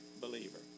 believer